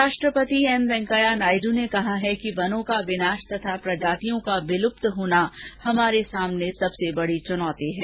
उपराष्ट्रपति एम वेंकैया नायडू ने कहा है कि वनों का विनाश तथा प्रजातियों का विल्प्त होना हमारे सामने सबसे बड़ी चुनौती है